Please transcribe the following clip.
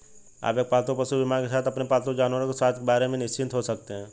आप एक पालतू पशु बीमा के साथ अपने पालतू जानवरों के स्वास्थ्य के बारे में निश्चिंत हो सकते हैं